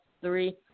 three